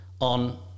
on